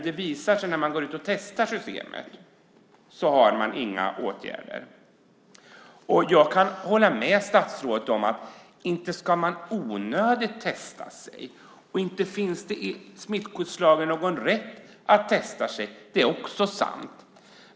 Det visar sig nu när systemet testas att man inte har några åtgärder. Jag kan hålla med statsrådet om att man inte ska testa sig i onödan. Det är också sant att det i smittskyddslagen inte finns någon rätt att testa sig.